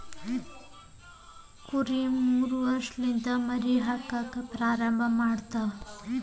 ಕುರಿ ಮೂರ ವರ್ಷಲಿಂದ ಮರಿ ಹಾಕಾಕ ಪ್ರಾರಂಭ ಮಾಡತಾವ